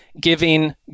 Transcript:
giving